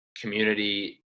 community